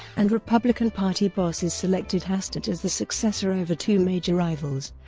and republican party bosses selected hastert as the successor over two major rivals,